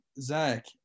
Zach